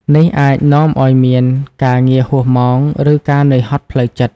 នេះអាចនាំឱ្យមានការងារហួសម៉ោង ឬការនឿយហត់ផ្លូវចិត្ត។